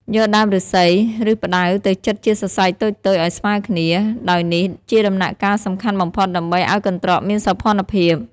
យកដើមឫស្សី ឬផ្តៅទៅចិតជាសរសៃតូចៗឲ្យស្មើគ្នា ដោយនេះជាដំណាក់កាលសំខាន់បំផុតដើម្បីឲ្យកន្ត្រកមានសោភ័ណភាព។